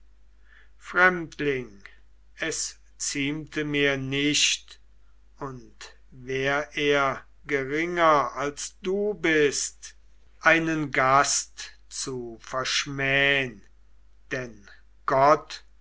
fremdling es ziemte mir nicht und wär er geringer als du bist einen gast zu verschmähn denn gott